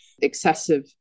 excessive